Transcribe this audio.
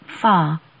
Far